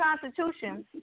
Constitution